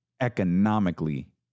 economically